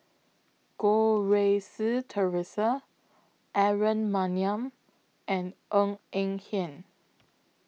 Goh Rui Si Theresa Aaron Maniam and Ng Eng Hen